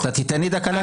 אתה תיתן דקה להגיב.